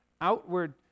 outward